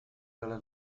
dalla